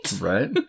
Right